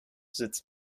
sitzt